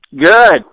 Good